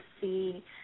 see